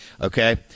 okay